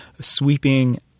sweeping